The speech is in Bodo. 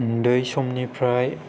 उन्दै समनिफ्राय